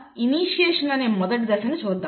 ముందుగా ఇనీషియేషన్ అనే మొదటి దశను చూద్దాం